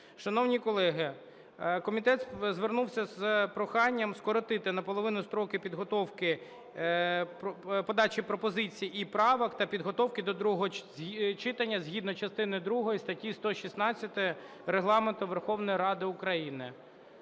Шановні колеги, комітет звернувся з проханням скоротити наполовину строки підготовки подачі пропозицій і правок та підготовки до другого читання згідно частини другої статті 116 Регламенту Верховної Ради України.